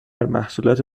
محصولات